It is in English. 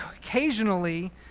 occasionally